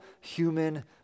human